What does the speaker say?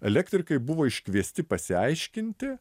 elektrikai buvo iškviesti pasiaiškinti